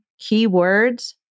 keywords